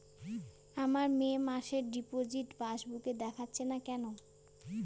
আমার মে মাসের ডিপোজিট পাসবুকে দেখাচ্ছে না কেন?